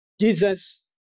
Jesus